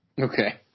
Okay